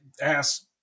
ass